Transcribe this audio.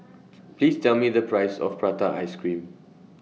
Please Tell Me The Price of Prata Ice Cream